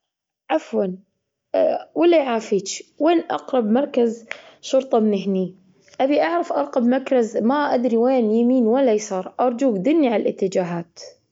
عفوا ولا يعافيج وين أقرب مركز شرطة من هني؟ أبي أعرف أقرب مركز؟ ما أدري وين يمين ولا يسار أرجوك دلني عالاتجاهات.